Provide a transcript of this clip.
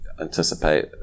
anticipate